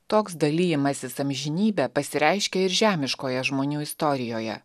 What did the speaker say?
toks dalijimasis amžinybe pasireiškia ir žemiškoje žmonių istorijoje